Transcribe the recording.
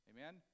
Amen